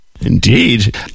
Indeed